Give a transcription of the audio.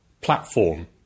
platform